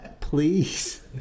Please